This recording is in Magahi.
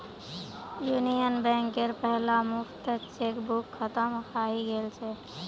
यूनियन बैंकेर पहला मुक्त चेकबुक खत्म हइ गेल छ